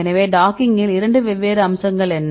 எனவே டாக்கிங்கில் இரண்டு வெவ்வேறு முக்கிய அம்சங்கள் என்ன